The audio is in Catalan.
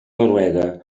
noruega